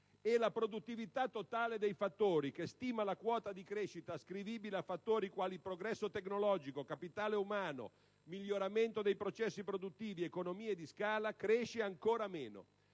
E la produttività totale dei fattori, che stima la quota di crescita ascrivibile a fattori quali progresso tecnologico, capitale umano, miglioramento dei processi produttivi, economie di scala, cresce ancora meno: